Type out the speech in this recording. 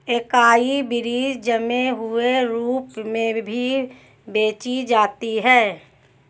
acai berries जमे हुए रूप में भी बेची जाती हैं